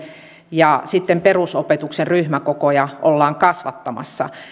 ja sitten perusopetuksen ryhmäkokoja ollaan kasvattamassa